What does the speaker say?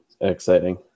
exciting